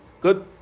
good